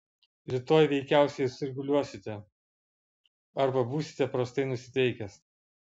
rytoj veikiausiai sirguliuosite arba būsite prastai nusiteikęs